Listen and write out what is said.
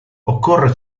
occorre